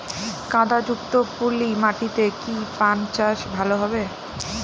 কাদা যুক্ত পলি মাটিতে কি পান চাষ ভালো হবে?